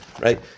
Right